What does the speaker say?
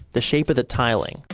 the shape of the tiling,